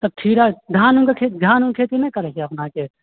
तब खीरा धान ऊन धान ऊनके खेती नहि करैत छियै अपनाके